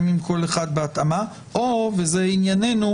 "הממשלה רשאית לאחר שקיבלה את אישור ועדת החוקה כאמור בסעיף קטן זה,